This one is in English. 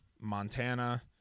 Montana